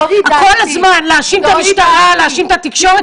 כל הזמן להאשים את המשטרה ואת התקשורת,